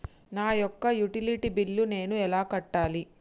నా యొక్క utility bill నేను ఎలా కట్టాలి?